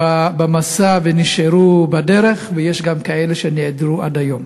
במסע ונשארו בדרך, ויש גם כאלה שנעדרים, עד היום.